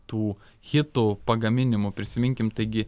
tų hitų pagaminimu prisiminkim taigi